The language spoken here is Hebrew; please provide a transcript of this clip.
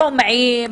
שומעים,